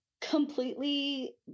completely